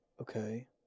okay